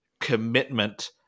commitment